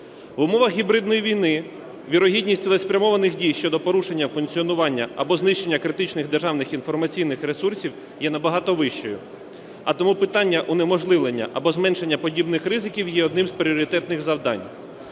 В умовах гібридної війни вірогідність цілеспрямованих дій щодо порушення функціонування або знищення критичних державних інформаційних ресурсів є набагато вищою, а тому питання унеможливлення або зменшення подібних ризиків є одним з пріоритетних завдань.